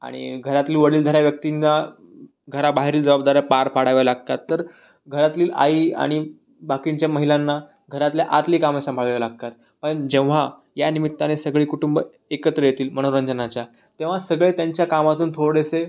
आणि घरातली वडीलधाऱ्या व्यक्तींना घराबाहेरील जबाबदाऱ्या पार पाडाव्या लागतात तर घरातील आई आणि बाकींच्या महिलांना घरातल्या आतली कामं सांभाळावी लागतात पण जेव्हा या निमित्ताने सगळी कुटुंबं एकत्र येतील मनोरंजनाच्या तेव्हा सगळे त्यांच्या कामातून थोडेसे